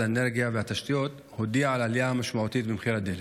האנרגיה והתשתיות הודיע על עלייה משמעותית במחירי הדלק,